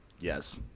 Yes